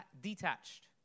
detached